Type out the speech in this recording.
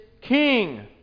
king